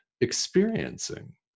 experiencing